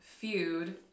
feud